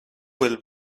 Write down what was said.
will